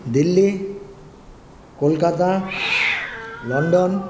Delhi Kolkata London